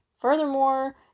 Furthermore